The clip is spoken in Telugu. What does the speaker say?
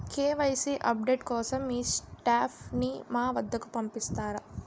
కే.వై.సీ అప్ డేట్ కోసం మీ స్టాఫ్ ని మా వద్దకు పంపిస్తారా?